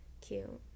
cute